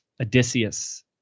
Odysseus